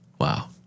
Wow